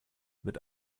mit